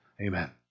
Amen